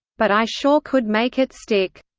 but i sure could make it stick.